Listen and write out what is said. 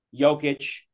Jokic